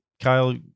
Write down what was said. Kyle